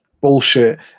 bullshit